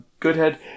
Goodhead